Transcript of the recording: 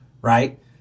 right